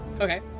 Okay